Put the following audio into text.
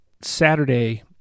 Saturday